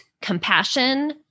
compassion